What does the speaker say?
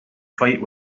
fight